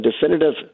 definitive